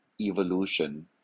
evolution